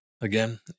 again